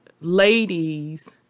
Ladies